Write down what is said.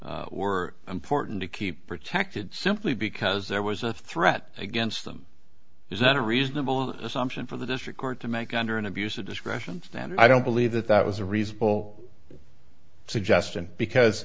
involved were important to keep protected simply because there was a threat against them is that a reasonable assumption for the district court to make under an abuse of discretion and i don't believe that that was a reasonable suggestion because